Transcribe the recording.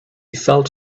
felt